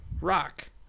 rock